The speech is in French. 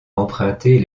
emprunter